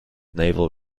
naval